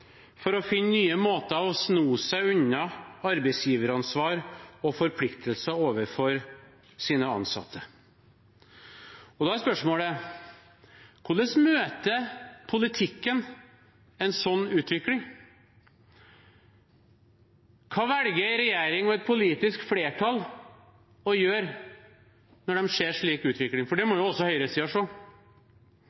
for å finne nye måter å sno seg unna arbeidsgiveransvar og forpliktelser overfor sine ansatte på. Da er spørsmålet: Hvordan møter politikken en slik utvikling? Hva velger en regjering med et politisk flertall å gjøre når de ser en slik utvikling? For